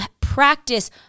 practice